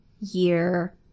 year